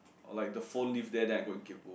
like the phone leave there then I go kaypoh